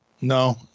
No